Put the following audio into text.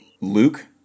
luke